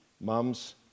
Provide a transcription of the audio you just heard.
Mums